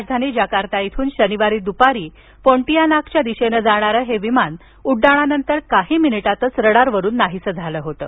राजधानी जकार्ता इथून शनिवारी दुपारी पोंटियानाकच्या दिशेनं जाणारं हे विमान उड्डाणानंतर काही मिनिटांत रडारवरुन नाहीसं झालं होतं